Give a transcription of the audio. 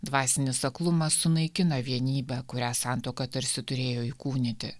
dvasinis aklumas sunaikina vienybę kurią santuoka tarsi turėjo įkūnyti